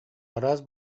араас